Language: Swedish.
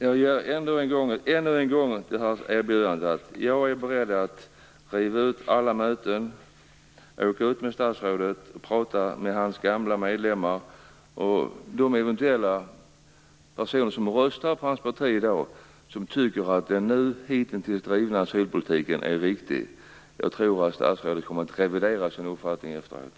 Jag gör ännu en gång detta erbjudande: Jag är beredd att riva ut alla möten ur min almanacka och åka ut med statsrådet för att prata med hans partis gamla medlemmar och de personer som eventuellt röstar på hans parti i dag som tycker att den hittills drivna asylpolitiken är riktig. Jag tror att statsrådet kommer att revidera sin uppfattning efteråt.